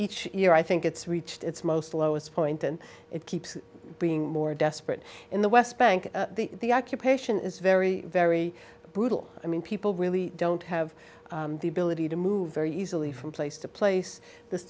each year i think it's reached its most lowest point and it keeps being more desperate in the west bank the occupation is very very brutal i mean people really don't have the ability to move very easily from place to place this